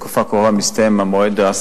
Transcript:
פה נאמר שבמועד קרוב מסתיימת תקופת ההעסקה,